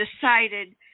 decided